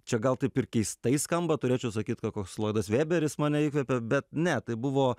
čia gal taip ir keistai skamba turėčiau sakyt kad koks loidas vėberis mane įkvėpė bet ne tai buvo